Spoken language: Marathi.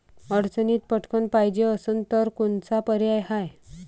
अडचणीत पटकण पायजे असन तर कोनचा पर्याय हाय?